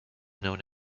known